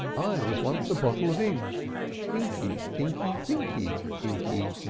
i i was once a bottle of ink inky, dinky, thinky, inky,